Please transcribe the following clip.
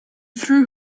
threw